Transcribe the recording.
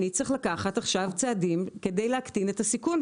אני צריך לקחת עכשיו צעדים כדי להקטין את הסיון.